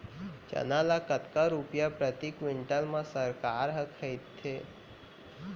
चना ल कतका रुपिया प्रति क्विंटल म सरकार ह खरीदथे?